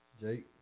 Jake